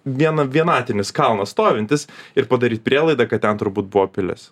viena vienatinis kalnas stovintis ir padaryt prielaidą kad ten turbūt buvo pilis